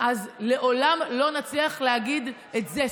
אז לעולם לא נצליח להגיד את זה.